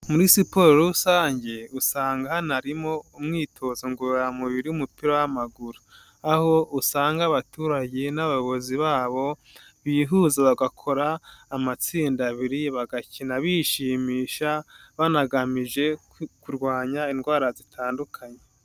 Muri siporo rusange usanga hanarimo umwitozo ngororamubiri w'umupira w'amaguru aho usanga abaturage n'abayobozi babo bihuse bagakora amatsinda abiri bagakina bishimisha banagamije kurwanya indwara zitandukanye.